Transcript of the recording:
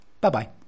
bye-bye